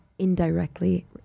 Indirectly